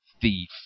thief